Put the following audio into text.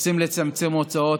רוצים לצמצם הוצאות.